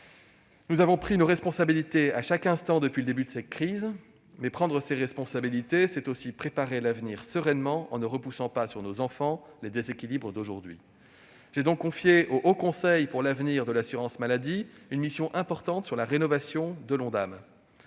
Nous avons pris nos responsabilités à chaque instant depuis le début de cette crise ; mais prendre ses responsabilités, c'est aussi préparer l'avenir sereinement en ne repoussant pas sur nos enfants les déséquilibres d'aujourd'hui. J'ai confié au Haut Conseil pour l'avenir de l'assurance maladie une mission importante sur la rénovation de l'Ondam.